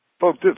Folks